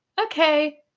Okay